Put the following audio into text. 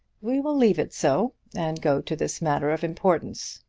we will leave it so, and go to this matter of importance.